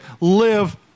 live